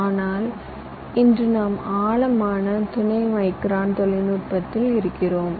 ஆனால் இன்று நாம் ஆழமான துணை மைக்ரான் தொழில்நுட்பத்தில் இருக்கிறோம்